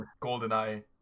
GoldenEye